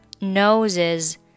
noses